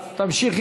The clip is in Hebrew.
תמשיכי,